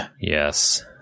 Yes